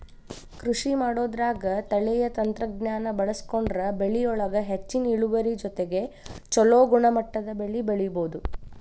ಕೃಷಿಮಾಡೋದ್ರಾಗ ತಳೇಯ ತಂತ್ರಜ್ಞಾನ ಬಳಸ್ಕೊಂಡ್ರ ಬೆಳಿಯೊಳಗ ಹೆಚ್ಚಿನ ಇಳುವರಿ ಜೊತೆಗೆ ಚೊಲೋ ಗುಣಮಟ್ಟದ ಬೆಳಿ ಬೆಳಿಬೊದು